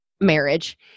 marriage